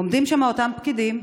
עומדים שם אותם פקידים,